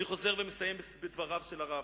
אני מסיים בדבריו של הרב: